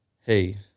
Hey